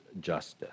justice